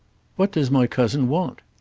what does my cousin want?